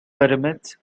pyramids